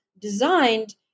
designed